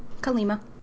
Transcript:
Kalima